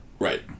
Right